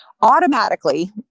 automatically